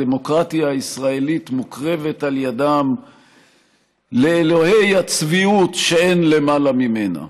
הדמוקרטיה הישראלית מוקרבת על ידם לאלוהי הצביעות שאין למעלה ממנה.